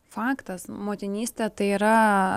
faktas motinystė tai yra